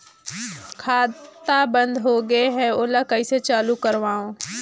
खाता बन्द होगे है ओला कइसे चालू करवाओ?